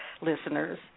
listeners